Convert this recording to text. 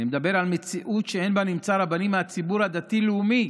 אני מדבר על מציאות שאין בנמצא רבנים מהציבור הדתי-לאומי,